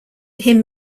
him